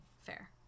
fair